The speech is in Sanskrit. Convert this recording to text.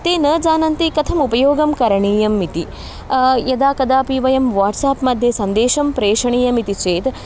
ते न जानन्ति कथम् उपयोगं करणीयम् इति यदा कदापि वयं वाट्साप्मध्ये सन्देशं प्रेषणीयमिति चेत्